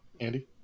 Andy